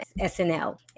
SNL